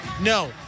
No